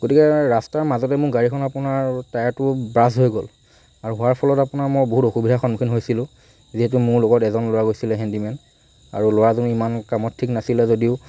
গতিকে ৰাস্তাৰ মাজতে মোৰ গাড়ীখন আপোনাৰ টায়াৰটো ব্ৰাচ হৈ গ'ল আৰু হোৱাৰ ফলত আপোনাৰ মই বহুত অসুবিধাৰ সন্মুখীন হৈছিলোঁ যিহেতু মোৰ লগত এজন ল'ৰা হৈছিলে হেণ্ডিমেন আৰু ল'ৰাজন ইমান কামত ঠিক নাছিলে যদিও